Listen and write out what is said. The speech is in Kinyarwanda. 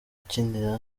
ukinira